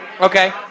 Okay